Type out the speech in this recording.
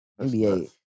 NBA